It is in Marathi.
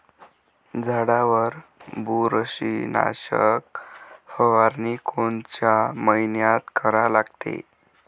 झाडावर बुरशीनाशक फवारनी कोनच्या मइन्यात करा लागते?